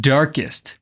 Darkest